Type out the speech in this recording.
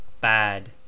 bad